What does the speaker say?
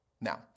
Now